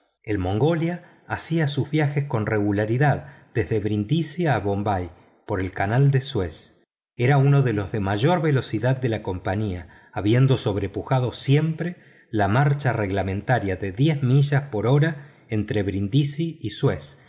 el mongolia hacía sus viajes con regularidad desde brindisi a bombay por el canal de suez era uno de los de mayor velocidad de la compañía habiendo sobrepujado siempre la marcha reglamentaria de diez millas por hora entre brindisi y suez y